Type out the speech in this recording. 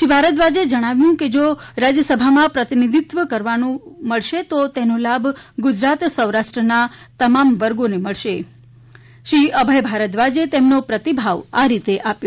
શ્રી ભારદ્વાજે જણાવ્યું કે જો રાજ્ય સભામાં પ્રતિનિધિત્વ કરવા મળશે તો તેનો લાભ ગુજરાત સૌરાષ્ટ્રના તમામ વર્ગોને મળશે શ્રી અભય ભારદ્વાજે તેમનો પ્રતિભાવ આ રીતે આપ્યો